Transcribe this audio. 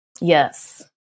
Yes